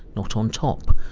not on top.